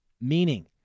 meaning